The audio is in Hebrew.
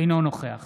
אינו נוכח